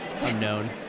unknown